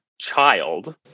child